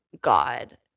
god